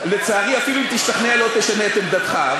לצערי, אפילו אם תשתכנע לא תשנה את עמדתך.